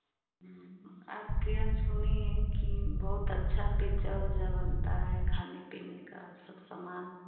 आपके यहाँ सुनी है कि बहुत अच्छा पिज्जा उज्जा बनता हे खाने पीने का सब सामान